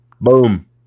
Boom